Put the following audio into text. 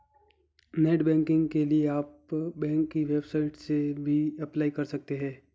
net banking के लिए आप बैंक की वेबसाइट से भी अप्लाई कर सकते है